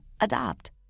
Adopt